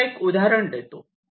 तुम्हाला एक उदाहरण देतो